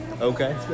Okay